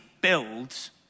builds